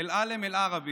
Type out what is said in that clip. הערבים והיהודים בעיר חיו זה